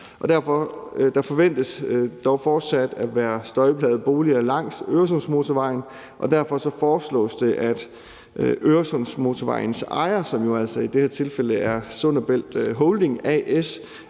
Derfor forventes der fortsat at være støjplagede boliger langs Øresundsmotorvejen, og derfor foreslås det, at Øresundsmotorvejens ejer, som jo i det her tilfælde er Sund & Bælt Holding A/S,